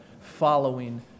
following